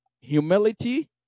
humility